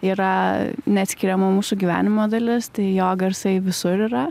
yra neatskiriama mūsų gyvenimo dalis tai jo garsai visur yra